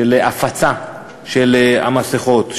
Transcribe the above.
של הפצה של המסכות,